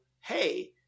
hey